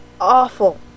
awful